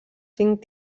cinc